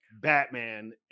Batman